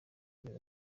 amezi